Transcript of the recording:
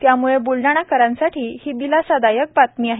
त्यामुळे बुलडाणेकरांसाठी ही दिलासादायक बातमी आहे